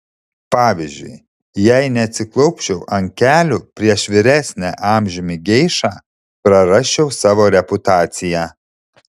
pavyzdžiui jei neatsiklaupčiau ant kelių prieš vyresnę amžiumi geišą prarasčiau savo reputaciją